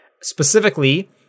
Specifically